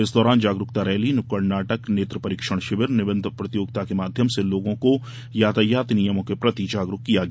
इस दौरान जागरूकता रैली नुक्कड़ नाटक नेत्र परीक्षण शिविर निबंध प्रतियोगिता के माध्यम से लोगों को यातायात नियमों के प्रति जागरूक किया गया